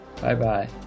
Bye-bye